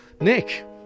Nick